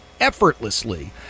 effortlessly